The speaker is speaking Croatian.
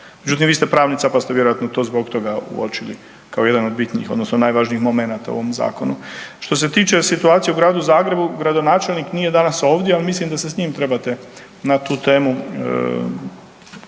Međutim vi ste pravnica pa ste vjerojatno to zbog toga uočili kao jedan od bitnih odnosno najvažnijih momenata u ovom zakonu. Što se tiče situacije u Gradu Zagrebu, gradonačelnik nije danas ovdje, ali mislim da se s njim trebate na tu temu